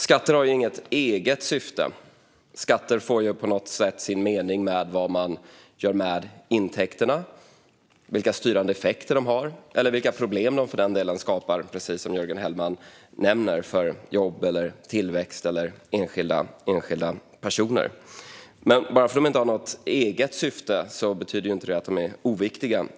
Skatter har inget eget syfte utan får på något sätt sin mening med vad man gör med intäkterna, vilka styrande effekter de har eller för den delen vilka problem de skapar för jobb, tillväxt eller enskilda personer, precis som Jörgen Hellman nämner. Men bara för att de inte har något eget syfte betyder det inte att de är oviktiga.